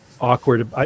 awkward